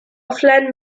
offline